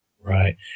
Right